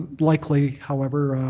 likely, however,